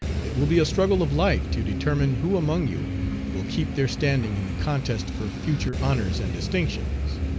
it will be a struggle of life to determine who among you will keep their standing in the contest for future honors and distinctions.